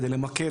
על מנת למקד,